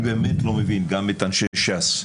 אני באמת לא מבין, גם את אנשי ש"ס.